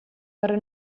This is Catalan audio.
però